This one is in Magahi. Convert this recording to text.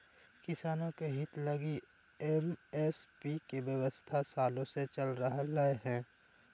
किसानों के हित लगी एम.एस.पी के व्यवस्था सालों से चल रह लय हें